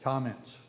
Comments